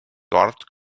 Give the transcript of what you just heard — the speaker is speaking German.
dort